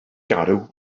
garw